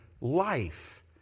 life